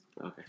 Okay